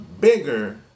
bigger